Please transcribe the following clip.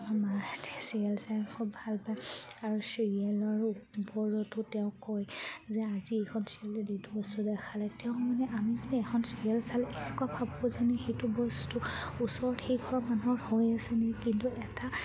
আমাৰ মাহঁতে চিৰিয়েল চাই খুব ভাল পায় আৰু চিৰিয়েলৰ ওপৰতো তেওঁ কয় যে আজি এইখন চিৰিয়েল এইটো বস্তু দেখালে তেওঁ মানে আমি মানে এখন চিৰিয়েল চালে এনেকুৱা ভাবোঁ যেনে সেইটো বস্তু ওচৰ সেইঘৰ মানুহৰ হৈ আছেনে কিন্তু এটা